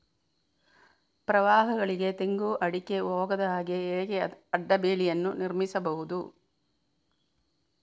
ಪ್ರವಾಹಗಳಿಗೆ ತೆಂಗು, ಅಡಿಕೆ ಹೋಗದ ಹಾಗೆ ಹೇಗೆ ಅಡ್ಡ ಬೇಲಿಯನ್ನು ನಿರ್ಮಿಸಬಹುದು?